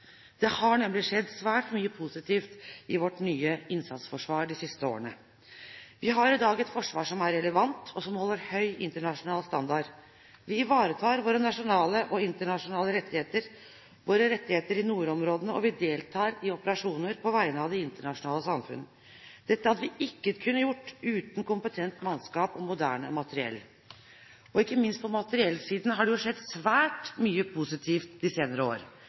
Det har nemlig skjedd svært mye positivt i vårt nye innsatsforsvar de siste årene. Vi har i dag et forsvar som er relevant, og som holder høy internasjonal standard. Vi ivaretar våre nasjonale og internasjonale rettigheter, våre rettigheter i nordområdene, og vi deltar i operasjoner på vegne av det internasjonale samfunnet. Dette hadde vi ikke kunnet gjøre uten kompetent mannskap og moderne materiell. Ikke minst på materiellsiden har det jo skjedd svært mye positivt de senere år.